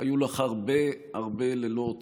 היו לך הרבה הרבה לילות